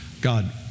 God